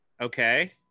Okay